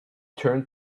turned